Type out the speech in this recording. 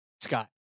scott